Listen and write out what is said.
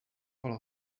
all